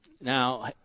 Now